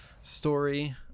story